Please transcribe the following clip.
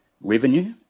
revenue